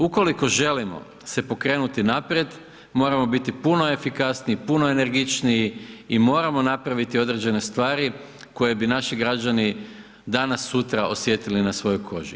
Ukoliko želimo se pokrenuti naprijed, moramo biti puno efikasniji, puno energičniji i moramo napraviti određene stvari koje bi naši građani danas sutra osjetili na svojoj koži.